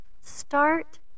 Start